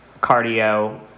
cardio